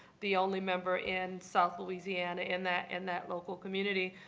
the only member in south louisiana in that in that local community,